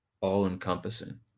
all-encompassing